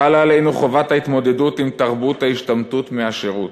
חלה עלינו חובת ההתמודדות עם תרבות ההשתמטות מהשירות.